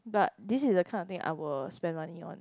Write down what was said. but this is the kind of things I will spend money on